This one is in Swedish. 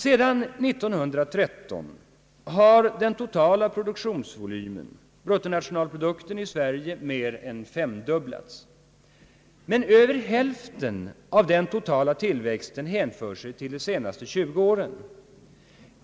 Sedan 1913 har den totala produktionsvolymen, bruttonationalprodukten, i Sverige mer än femdubblats, men över hälften av den totala tillväxten hänför sig till de senaste tjugo åren.